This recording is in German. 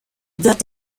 wird